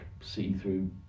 see-through